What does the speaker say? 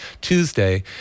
Tuesday